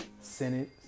senate